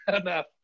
enough